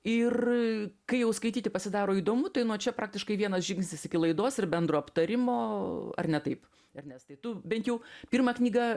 ir kai jau skaityti pasidaro įdomu tai nuo čia praktiškai vienas žingsnis iki laidos ir bendro aptarimo ar ne taip ernestai tu bent jau pirmą knygą